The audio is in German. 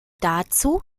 dazu